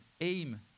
aim